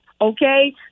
okay